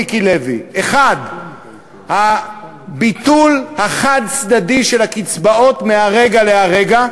מיקי לוי: 1. הביטול החד-צדדי של הקצבאות מהרגע להרגע,